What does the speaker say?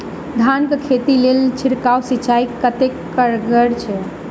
धान कऽ खेती लेल छिड़काव सिंचाई कतेक कारगर छै?